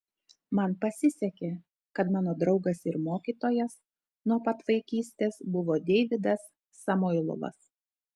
man pasisekė kad mano draugas ir mokytojas nuo pat vaikystės buvo deividas samoilovas